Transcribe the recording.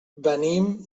venim